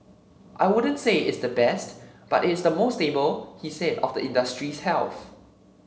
I wouldn't say it's the best but it's the most stable he said of the industry's health